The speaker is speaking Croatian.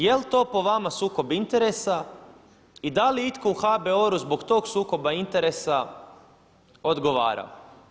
Je li to po vama sukob interesa i da li itko u HBOR-u zbog tog sukoba interesa odgovarao?